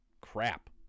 crap